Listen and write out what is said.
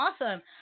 Awesome